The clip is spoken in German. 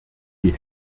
die